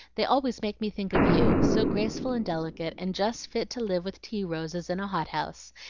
they always make me think of you so graceful and delicate, and just fit to live with tea-roses in a hot-house,